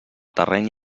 terreny